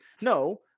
no